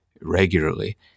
regularly